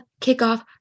kickoff